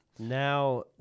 Now